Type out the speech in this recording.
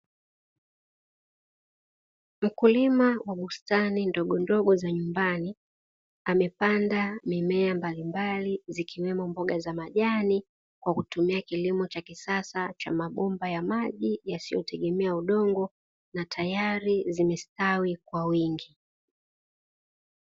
Mkulima wa bustani ndogondogo za nyumbani, amepanda mimea mbalimbali zikiwemo mboga za majani kwa kutumia kilimo cha kisasa cha mabomba ya maji yasiyotegemea udongo, na tayari zimestawi kwa wingi.